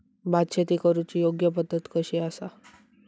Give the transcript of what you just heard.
भात शेती करुची योग्य पद्धत कशी आसा?